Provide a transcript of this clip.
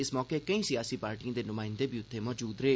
इस मौके केईं सियासी पार्टिएं दे नुमाइंदे उत्थे मौजूद हे